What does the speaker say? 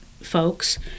folks